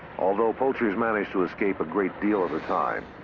although poachers manage to escape a great deal of the time,